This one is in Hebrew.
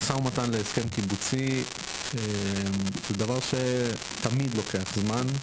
משא ומתן להסכם קיבוצי זה דבר שתמיד לוקח זמן.